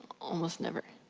almost never.